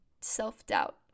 self-doubt